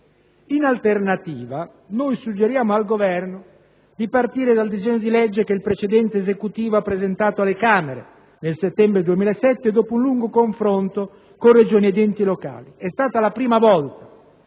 In alternativa noi suggeriamo al Governo di partire dal disegno di legge che il precedente Esecutivo ha presentato alle Camere nel settembre 2007, dopo un lungo confronto con Regioni ed enti locali. È stata la prima volta